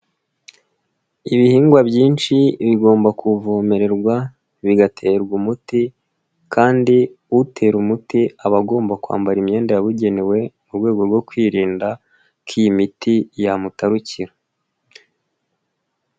Ibihingwa byinshi bigomba kuvomererwa, bigaterwa umuti kandi utera umuti aba agomba kwambara imyenda yabugenewe mu rwego rwo kwirinda ko iyi miti yamutarukira.